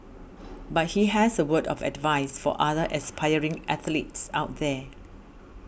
but he has a word of advice for other aspiring athletes out there